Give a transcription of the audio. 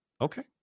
Okay